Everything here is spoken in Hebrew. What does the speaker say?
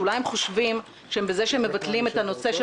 שאולי הם חושבים שבזה שהם מבטלים את הנושא של